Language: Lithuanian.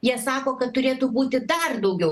jie sako kad turėtų būti dar daugiau